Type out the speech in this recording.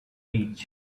edge